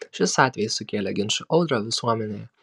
šis atvejis sukėlė ginčų audrą visuomenėje